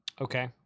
okay